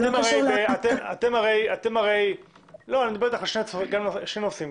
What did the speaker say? אני מדבר אתך על שני נושאים,